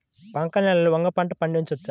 బంక నేలలో వంగ పంట పండించవచ్చా?